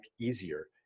easier